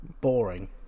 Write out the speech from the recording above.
boring